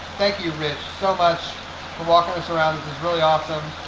thank you rich so much for walking us around this is really awesome.